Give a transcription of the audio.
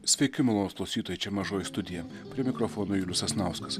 sveiki malonūs klausytojai čia mažoji studijoje prie mikrofono julius sasnauskas